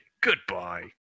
Goodbye